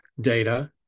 data